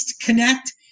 Connect